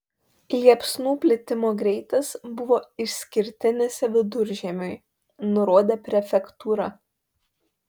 liepsnų plitimo greitis buvo išskirtinis viduržiemiui nurodė prefektūra